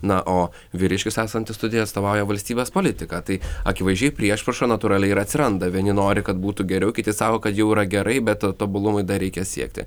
na o vyriškis esantis studijoj atstovauja valstybės politiką tai akivaizdžiai priešprieša natūraliai ir atsiranda vieni nori kad būtų geriau kiti sako kad jau yra gerai bet tobulumui dar reikia siekti